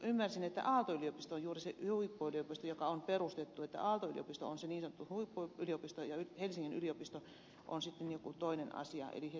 ymmärsin että aalto yliopisto joka on juuri perustettu on se niin sanottu huippuyliopisto ja helsingin yliopisto on sitten jokin toinen asia eli helsingin yliopisto